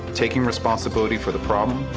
taking responsibility for the problem,